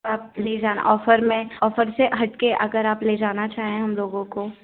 आप ले जाना ऑफर में ऑफर से हट के अगर आप ले जाना चाहें हम लोगों को